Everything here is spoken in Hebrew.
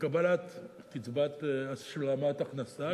לקבלת קצבת השלמת הכנסה,